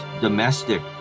domestic